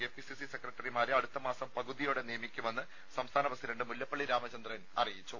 K P C C സെക്രട്ടറിമാരെ അടുത്ത മാസം പകുതിയോടെ നിയമിക്കുമെന്ന് സംസ്ഥാന പ്രസിഡണ്ട് മുല്ലപ്പള്ളി രാമചന്ദ്രൻ അറിയിച്ചു